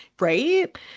right